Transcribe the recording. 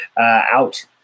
out